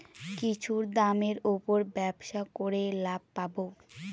কিছুর দামের উপর ব্যবসা করে লাভ পাবো